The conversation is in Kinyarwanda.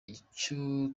icyo